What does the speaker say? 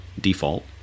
default